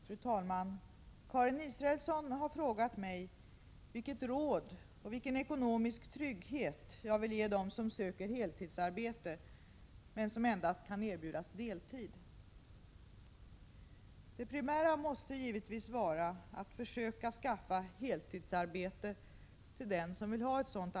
Fru talman! Karin Israelsson har frågat mig vilket råd och vilken ekonomisk trygghet jag vill ge dem som söker heltidsarbete men som kan erbjudas deltid. Det primära måste givetvis vara att försöka skaffa heltidsarbete till den som vill ha ett sådant.